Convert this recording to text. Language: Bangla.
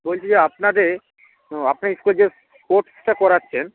বলছি যে আপনাদের আপনার স্কুলের যে স্পোর্টসটা করাচ্ছেন